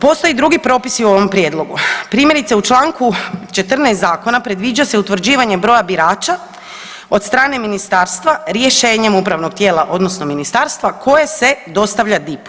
Postoje i drugi propisi o ovom prijedlogu, primjerice u Članku 14. zakona predviđa se utvrđivanje broja birača od strane ministarstva rješenjem upravnog tijela odnosno ministarstva koje se dostavlja DIP-u.